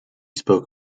spoke